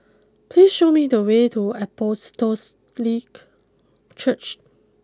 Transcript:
please show me the way to Apostolic Church